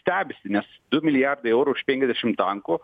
stebisi nes du milijardai eurų už penkiasdešim tankų